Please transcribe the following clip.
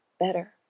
better